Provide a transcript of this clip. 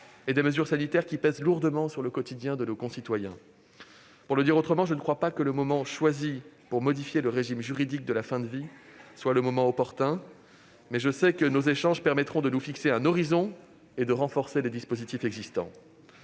et des mesures sanitaires qui pèsent lourdement sur le quotidien de nos concitoyens. Pour le dire autrement, je ne pense pas que le moment choisi pour modifier le régime juridique de la fin de vie soit opportun, mais je sais que nos échanges permettront de nous fixer un horizon et de renforcer les dispositifs existants.